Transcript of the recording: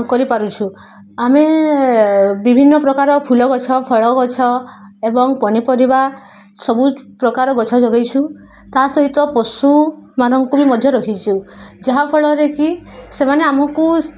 କରିପାରୁଛୁ ଆମେ ବିଭିନ୍ନ ପ୍ରକାର ଫୁଲ ଗଛ ଫଳ ଗଛ ଏବଂ ପନିପରିବା ସବୁପ୍ରକାର ଗଛ ଯୋଗେଇଛୁ ତା ସହିତ ପଶୁମାନଙ୍କୁ ବି ମଧ୍ୟ ରଖିଛୁ ଯାହାଫଳରେକି ସେମାନେ ଆମକୁ